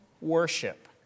worship